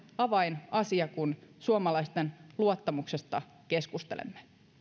avainasia kun suomalaisten luottamuksesta keskustelemme